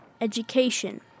education